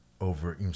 over